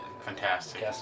Fantastic